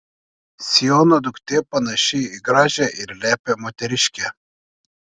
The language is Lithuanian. siono duktė panaši į gražią ir lepią moteriškę